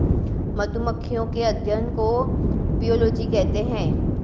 मधुमक्खियों के अध्ययन को अपियोलोजी कहते हैं